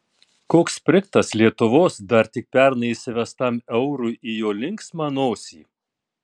koks sprigtas lietuvos dar tik pernai įsivestam eurui į jo linksmą nosį